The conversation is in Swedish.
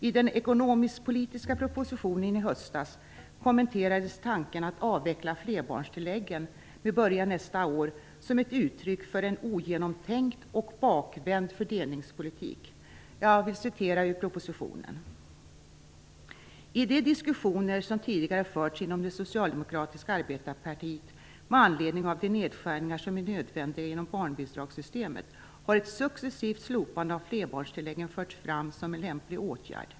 I den ekonomisk-politiska propositionen i höstas kommenterades tanken att avveckla flerbarnstilläggen med början nästa år som ett uttryck för en ogenomtänkt och bakvänd fördelningspolitik. Jag citerar ur propositionen: "I de diskussioner som tidigare förts inom det Socialdemokratiska arbetarepartiet med anledning av de nedskärningar som är nödvändiga inom barnbidragssystemet har ett successivt slopande av flerbarnstilläggen förts fram som en lämplig åtgärd.